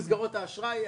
צמצום מסגרות האשראי,